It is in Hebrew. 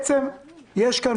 בעצם יש כאן,